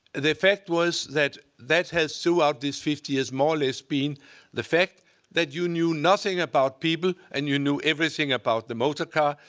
the effect was that that has, throughout these fifty years, more or less been the fact that you knew nothing about people and you knew everything about the motor car.